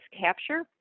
capture